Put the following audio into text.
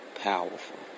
powerful